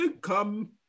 Come